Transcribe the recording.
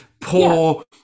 poor